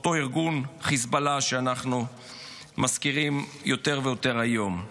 אותו ארגון חיזבאללה שאנחנו מזכירים יותר ויותר היום.